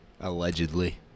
allegedly